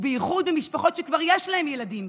ובייחוד במשפחות שכבר יש להן ילדים,